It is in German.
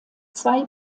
zwei